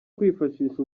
kwifashisha